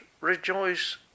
rejoice